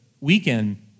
weekend